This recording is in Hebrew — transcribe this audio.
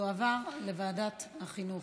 תועבר לוועדת החינוך.